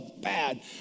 bad